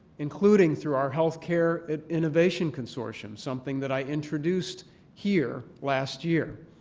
including through our health care innovation consortium, something that i introduced here last year.